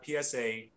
PSA